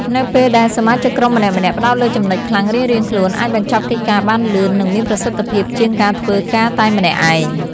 នៅពេលដែលសមាជិកក្រុមម្នាក់ៗផ្តោតលើចំណុចខ្លាំងរៀងៗខ្លួន អាចបញ្ចប់កិច្ចការបានលឿន និងមានប្រសិទ្ធភាពជាងការធ្វើការតែម្នាក់ឯង។